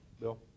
Bill